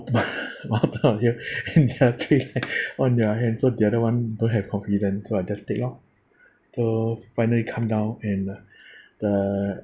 on their hand so the other one don't have confidence so I just take lor so finally come down and uh the